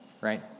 Right